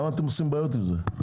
למה אתם עושים בעיות עם זה?